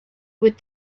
with